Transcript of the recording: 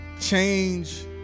change